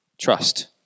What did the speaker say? trust